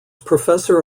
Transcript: professor